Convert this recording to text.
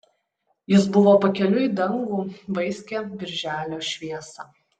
jis buvo pakeliui į dangų vaiskią birželio šviesą